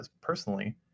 personally